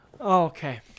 okay